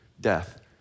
Death